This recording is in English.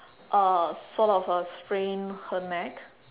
uh sort of uh sprained her neck